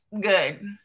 good